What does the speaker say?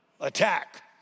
Attack